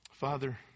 Father